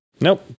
Nope